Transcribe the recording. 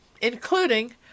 including